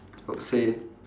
I would say